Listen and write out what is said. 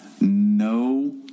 no